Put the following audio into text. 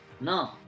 No